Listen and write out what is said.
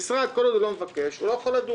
כל עוד המשרד לא מבקש החשב הכללי לא יכול לדון.